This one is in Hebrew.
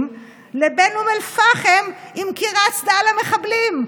לבין אום אל-פחם עם קיר ההצדעה למחבלים.